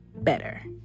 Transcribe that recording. better